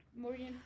Morgan